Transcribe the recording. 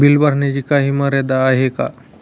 Bill भरण्याची काही मर्यादा आहे का?